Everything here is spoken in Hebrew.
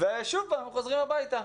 ושוב חוזרים הביתה.